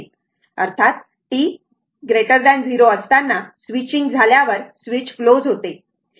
अर्थात t 0 असताना switching झाल्यावर स्विच क्लोज होते